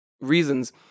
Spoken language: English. reasons